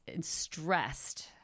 stressed